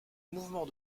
mouvement